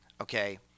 Okay